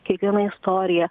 kiekviena istorija